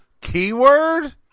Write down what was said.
keyword